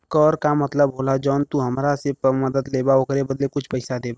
कर का मतलब होला जौन तू हमरा से मदद लेबा ओकरे बदले कुछ पइसा देबा